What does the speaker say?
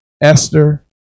Esther